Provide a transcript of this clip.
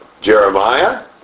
Jeremiah